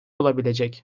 olabilecek